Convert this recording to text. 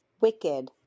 Wicked